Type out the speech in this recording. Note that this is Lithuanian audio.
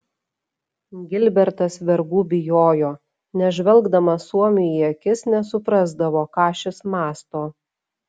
gilbertas vergų bijojo nes žvelgdamas suomiui į akis nesuprasdavo ką šis mąsto